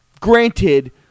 Granted